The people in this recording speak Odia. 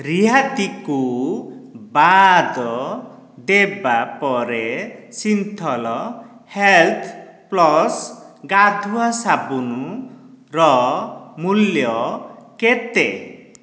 ରିହାତିକୁ ବାଦ ଦେବା ପରେ ସିନ୍ଥଲ୍ ହେଲ୍ଥ୍ ପ୍ଲସ୍ ଗାଧୁଆ ସାବୁନର ମୂଲ୍ୟ କେତେ